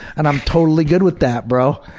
and i'm totally good with that, bro.